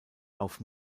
auf